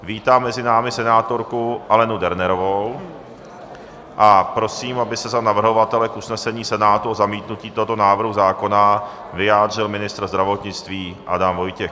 Vítám mezi námi senátorku Alenu Dernerovou a prosím, aby se za navrhovatele k usnesení Senátu o zamítnutí tohoto návrhu zákona vyjádřil ministr zdravotnictví Adam Vojtěch.